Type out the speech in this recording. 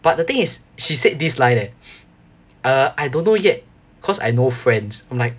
but the thing is she said this line eh err I don't know yet cause I no friends I'm like